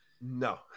No